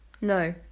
No